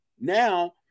now